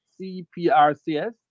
CPRCS